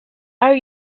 are